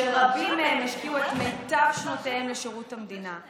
שרבים מהם השקיעו את מיטב שנותיהם בשירות המדינה,